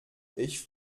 ich